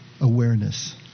awareness